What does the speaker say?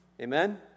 Amen